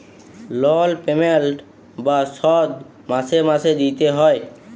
লল পেমেল্ট বা শধ মাসে মাসে দিইতে হ্যয়